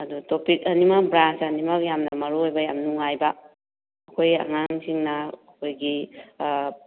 ꯑꯗꯣ ꯇꯣꯄꯤꯛ ꯑꯅꯤꯃꯛ ꯕ꯭ꯔꯥꯟꯁ ꯑꯅꯤꯃꯛ ꯌꯥꯝꯅ ꯃꯔꯨ ꯑꯣꯏꯕ ꯌꯥꯝ ꯅꯨꯡꯉꯥꯏꯕ ꯑꯩꯈꯣꯏ ꯑꯉꯥꯡꯁꯤꯡꯅ ꯑꯩꯈꯣꯏꯒꯤ